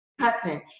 Hudson